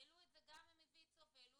העלו את זה גם מויצ"ו וגם אחרים.